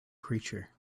creature